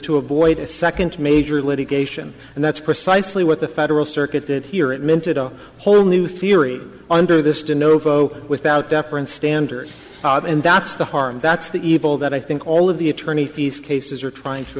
to avoid a second major litigation and that's precisely what the federal circuit did hear it minted a whole new theory under this to novo without deference standard and that's the harm that's the evil that i think all of the attorney fees cases are trying to